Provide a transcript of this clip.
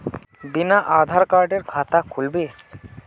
बिना आधार कार्डेर खाता खुल बे?